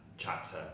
chapter